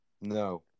No